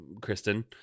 Kristen